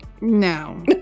No